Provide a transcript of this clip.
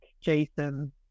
Jason